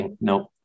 nope